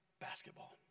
basketball